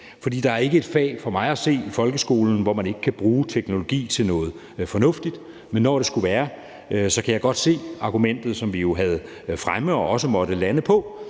at se ikke et fag i folkeskolen, hvor man ikke kan bruge teknologi til noget fornuftigt. Men når det skulle være, kan jeg godt se argumentet, som vi jo havde fremme og også måtte lande på,